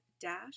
dash